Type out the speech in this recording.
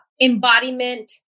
embodiment